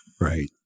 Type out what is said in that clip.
Right